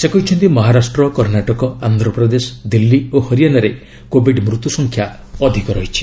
ସେ କହିଛନ୍ତି ମହାରାଷ୍ଟ୍ର କର୍ଣ୍ଣାଟକ ଆନ୍ଧ୍ରପ୍ରଦେଶ ଦିଲ୍ଲୀ ଓ ହରିଆନାରେ କୋବିଡ୍ ମୃତ୍ୟୁ ସଂଖ୍ୟା ଅଧିକ ରହିଛି